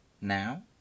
now